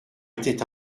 était